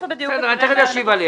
בסדר, אני תכף אשיב עליה.